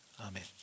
Amen